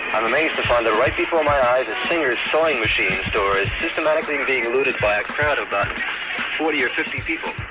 i'm amazed to find that right before my eyes a singer sewing machine store is systematically being looted by a crowd of about forty or fifty people.